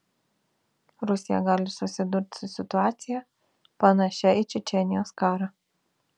rusija gali susidurti su situacija panašia į čečėnijos karą